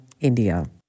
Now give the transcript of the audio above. India